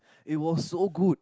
it was so good